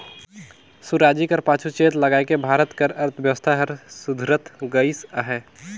सुराजी कर पाछू चेत लगाएके भारत कर अर्थबेवस्था हर सुधरत गइस अहे